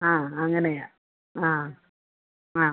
ആ അങ്ങനെയാ ആ ആ